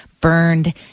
burned